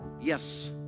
yes